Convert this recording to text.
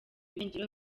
irengero